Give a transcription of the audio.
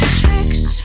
tricks